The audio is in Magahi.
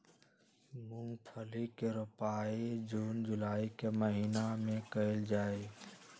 मूंगफली के रोपाई जून जुलाई के महीना में कइल जाहई